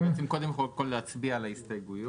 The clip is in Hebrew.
צריך קודם כל להצביע על ההסתייגויות.